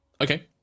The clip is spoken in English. Okay